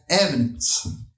evidence